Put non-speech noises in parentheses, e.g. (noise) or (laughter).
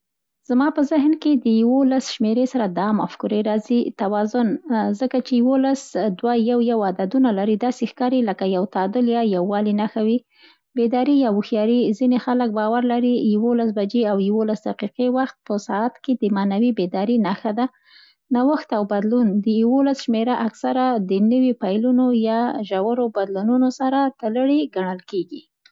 زما په ذهن کې د يوولس شمېرې سره دا مفکورې راځي. (noise) توازن: ځکه چي يوولس دوه، یو-یو عددونه لري، داسې ښکاري لکه یو تعادل یا یووالي نښه وي. بیداري یا هوښیاري: ځینې خلک باور لري يوولس - يوولس وخت ، په ساعت کې د "معنوي بیدارۍ" نښه ده. نوښت او بدلون: د يوولس شمېره اکثره د نوي پیلونو یا ژور بدلونونو سره تړلې ګڼل کېږي.